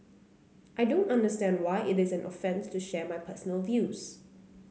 I don't understand why it is an offence to share my personal views